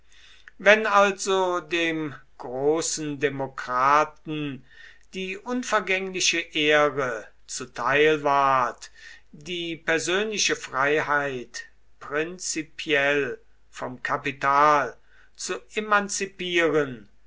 wenn also dem großen demokraten die unvergängliche ehre zuteil ward die persönliche freiheit prinzipiell vom kapital zu emanzipieren